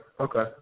Okay